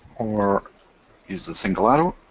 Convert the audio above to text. or use the single arrow,